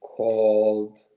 called